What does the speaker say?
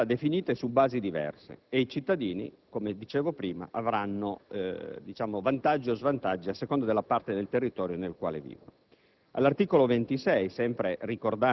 Ogni Regione avrà quindi comunità montane definite su basi diverse e i cittadini, come dicevo prima, avranno vantaggi o svantaggi a seconda della parte del territorio nella quale vivono.